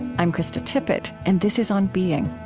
i'm krista tippett and this is on being